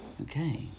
Okay